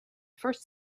first